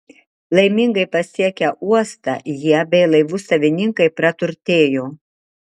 laimingai pasiekę uostą jie bei laivų savininkai praturtėjo